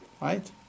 Right